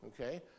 okay